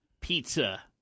pizza